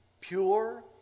pure